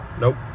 Nope